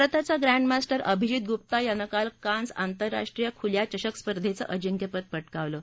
भारताच्या ग्रॅण्डमास्टर अभिजित गुप्ता यानं काल कान्स आंतरराष्ट्रीय खुल्या चषक स्पर्धेचं अजिंक्यपद पटकावलं आहे